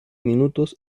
minutos